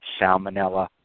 Salmonella